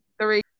Three